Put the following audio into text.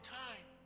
time